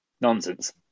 Nonsense